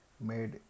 made